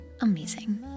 amazing